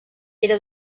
era